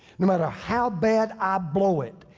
no matter how bad i blow it.